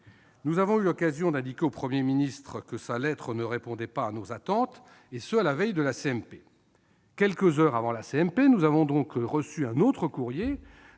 Nous avons eu l'occasion d'indiquer au Premier ministre que sa lettre ne répondait pas à nos attentes, et ce à la veille de la CMP. Aussi, quelques heures avant celle-ci, avons-nous reçu un courrier